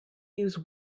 use